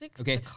Okay